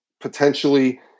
potentially